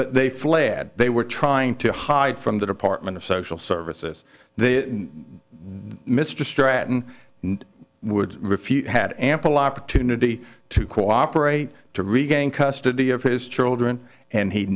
but they fled they were trying to hide from the department of social services the mr stratton would refute had ample opportunity to cooperate to regain custody of his children and he